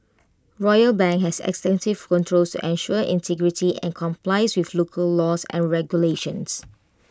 royal bank has extensive controls to ensure integrity and complies with local laws and regulations